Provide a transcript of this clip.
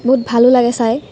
বহুত ভালো লাগে চাই